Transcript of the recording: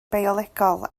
biolegol